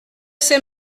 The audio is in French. c’est